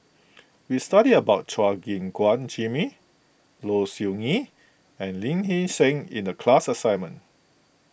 we studied about Chua Gim Guan Jimmy Low Siew Nghee and Lee Hee Seng in the class assignment